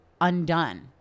undone